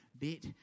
Bit